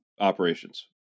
operations